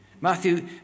Matthew